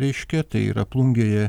reikšia tai yra plungėje